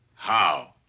how?